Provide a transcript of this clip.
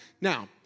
Now